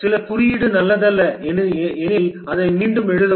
சில குறியீடு நல்லதல்ல எனில் அதை மீண்டும் எழுதவும்